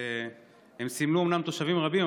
הם זימנו אומנם תושבים רבים,